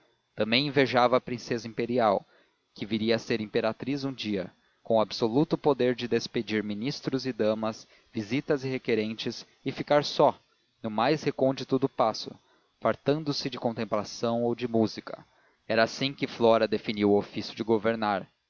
também invejava a princesa imperial que viria a ser imperatriz um dia com o absoluto poder de despedir ministros e damas visitas e requerentes e ficar só no mais recôndito do paço fartando se de contemplação ou de música era assim que flora definia o ofício de governar